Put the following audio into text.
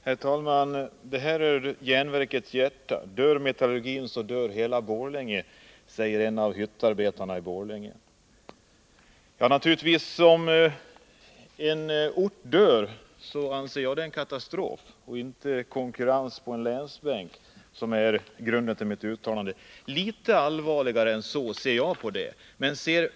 Herr talman! Det här rör järnverkets hjärta. Dör metallurgin så dör hela Borlänge, säger en av hyttarbetarna där. Och om en ort dör, så anser jag naturligtvis att det är en katastrof. Det är inte konkurrensen på länsbänken som är grunden för mitt uttalande. Litet allvarligare än så ser jag på situationen.